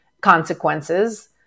consequences